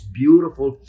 beautiful